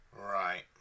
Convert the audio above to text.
Right